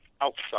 outside